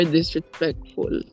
Disrespectful